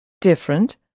Different